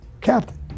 captain